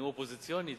נאום אופוזיציוני,